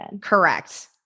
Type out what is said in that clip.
Correct